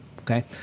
okay